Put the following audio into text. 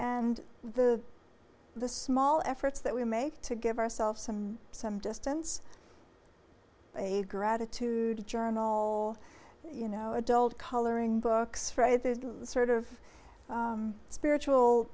and the the small efforts that we make to give ourselves some some distance a gratitude journal you know adult coloring books for the sort of spiritual